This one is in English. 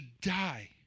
die